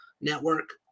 network